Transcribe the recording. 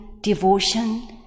devotion